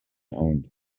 owned